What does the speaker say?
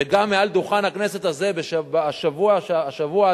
וגם מעל דוכן הכנסת הזה השבוע הזה,